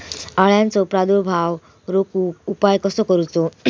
अळ्यांचो प्रादुर्भाव रोखुक उपाय कसो करूचो?